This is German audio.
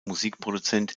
musikproduzent